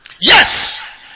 Yes